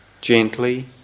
gently